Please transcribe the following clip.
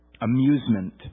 Amusement